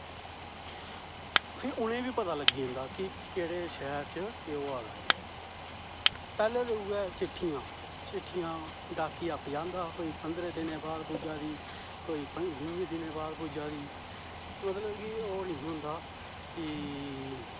फिह् उनेंगी बी पता लग्गी जंदा कि केहडे़ शैहर च केह् होआ दा ऐ पैहलें ते उऐ चिट्ठियां डाकिया पजांदा हा कोई पंदरें दिनें बाद पुज्जी दी कोई बीहें दिनें बाद पुज्जा दी मतलब कि ओह् नेईं ही होंदा कि